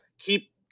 keep